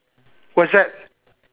what's that